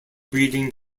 breeding